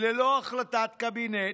ללא החלטת קבינט,